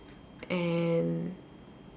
and